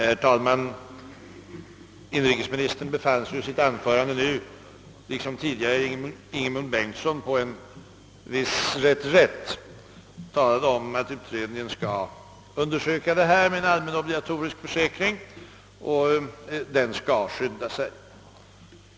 Herr talman! Inrikesministern befann sig i sitt senaste anförande, liksom tidigare herr Ingemund Bengtsson, i viss mån på reträtt. Han talade om att utredningen skall undersöka frågan om en allmän, obligatorisk försäkring och att den skall skynda sig.